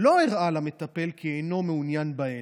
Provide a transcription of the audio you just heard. לא הראה למטפל כי אינו מעוניין בהם.